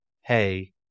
Hey